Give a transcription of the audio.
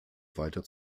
weiter